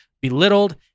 belittled